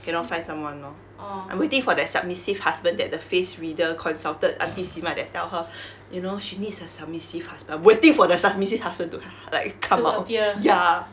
cannot find someone lor I'm waiting for the submissive husband that the face-reader consulted aunty simah that tell her you know she needs a submissive husband I'm waiting for the submissive husband to h~ like come out ya